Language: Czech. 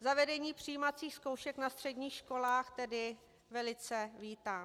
Zavedení přijímacích zkoušek na středních školách tedy velice vítám.